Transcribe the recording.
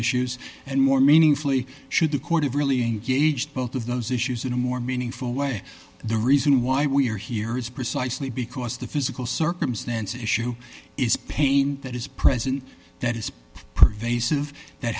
issues and more meaningfully should the court have really engaged both of those issues in a more meaningful way the reason why we are here is precisely because the physical circumstance issue is pain that is present that is pervasive that